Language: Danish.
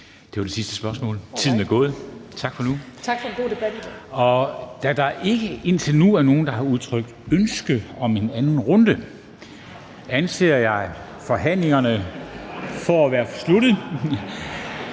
Det var det sidste spørgsmål. Tiden er gået. Tak for nu. (Statsministeren (Mette Frederiksen): Tak for en god debat). Da der ikke indtil nu er nogen, der har udtrykt ønske om en anden runde, anser jeg forhandlingerne for at være sluttet,